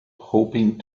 hoping